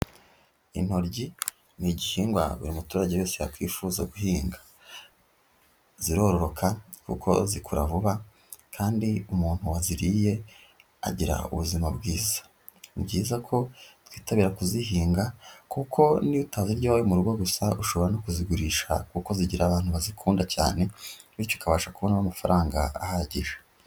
Intoryi ni igihingwa buri muturage wese yakwifuza guhinga, zirororoka kuko zikura vuba kandi umuntu waziriye agira ubuzima bwiza. Ni byiza ko twitabira kuzihinga kuko niyo utazirya mu rugo iwawe gusa ushobora no kuzigurisha kuko zigira abantu bazikunda cyane bityo ukabasha kubona amafaranga ahagije.